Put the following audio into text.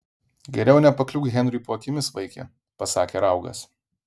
geriau nepakliūk henriui po akimis vaike pasakė raugas